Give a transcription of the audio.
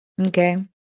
Okay